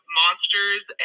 monsters